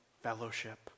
fellowship